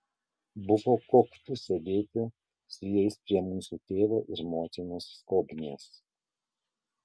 buvo koktu sėdėti su jais prie mūsų tėvo ir motinos skobnies